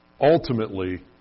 Ultimately